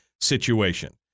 situation